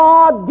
God